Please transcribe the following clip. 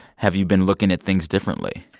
have you been looking at things differently?